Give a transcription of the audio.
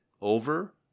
over